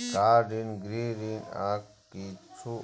car ऋण, गृह ऋण, आ किछु